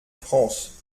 france